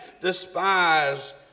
despise